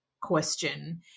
question